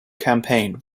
campaign